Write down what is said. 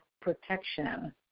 protection